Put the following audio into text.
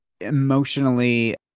emotionally